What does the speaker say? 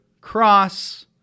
cross